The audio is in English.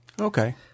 Okay